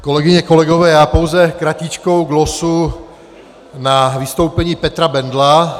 Kolegyně, kolegové, já pouze kratičkou glosu na vystoupení Petra Bendla.